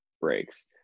breaks